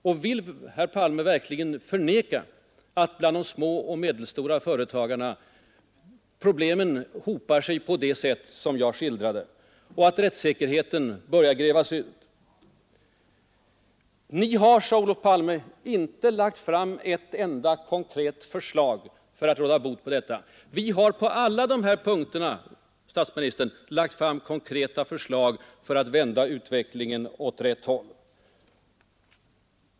Och vill herr Palme verkligen förneka att bland de små och medelstora företagarna problemen hopar sig på det sätt jag skildrade och att rättssäkerheten börjar grävas ur? ”Ni har”, sade Olof Palme, ”inte lagt fram ett enda konkret förslag för att råda bot på detta.” Jo, vi har på alla de här punkterna, herr statsminister, lagt fram konkreta förslag för att vända utvecklingen åt rätt håll.